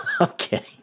okay